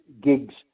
gigs